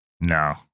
No